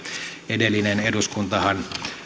edellinen eduskuntahan